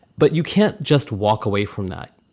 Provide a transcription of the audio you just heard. but you can't just walk away from that.